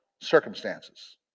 circumstances